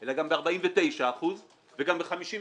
אלא גם ב-49% וגם ב-53%,